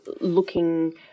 looking